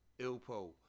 Ilpo